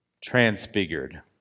transfigured